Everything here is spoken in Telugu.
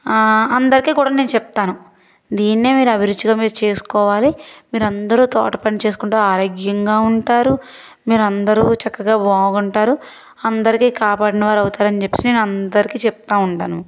అందరికి కూడా నేను చెప్తాను దీన్నే మీరు అభిరుచిగా మీరు చేసుకోవాలి మీరు అందరు తోట పని చేసుకుంటూ ఆరోగ్యంగా ఉంటారు మీరందరూ చక్కగా బాగుంటారు అందరికి కాపాడిన వారు అవుతారు అని చెప్పేసి నేను అందరికి చెప్తూ ఉంటాను